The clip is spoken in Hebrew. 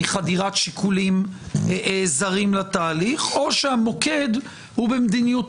מחדירת שיקולים זרים לתהליך או שהמוקד הוא במדיניות